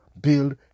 build